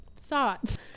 Thoughts